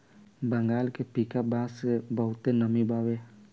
बंगाल के पीका बांस बहुते नामी बावे